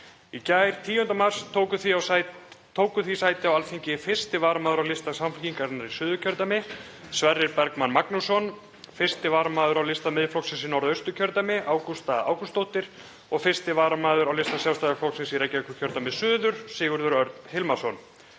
Í gær, 10. mars, tóku því sæti á Alþingi 1. varamaður á lista Samfylkingarinnar í Suðurkjördæmi, Sverrir Bergmann Magnússon, 1. varamaður á lista Miðflokksins í Norðausturkjördæmi, Ágústa Ágústsdóttir, og 1. varamaður á lista Sjálfstæðisflokksins í Reykjavíkurkjördæmi suður, Sigurður Örn Hilmarsson.